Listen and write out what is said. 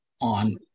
on